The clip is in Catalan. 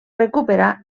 recuperar